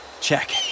check